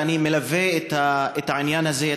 ואני מלווה את העניין הזה,